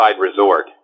resort